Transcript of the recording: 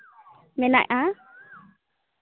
ᱢᱮᱱᱟᱜᱼᱟ